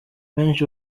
benshi